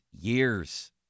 years